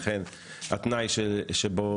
לכן התנאי שבו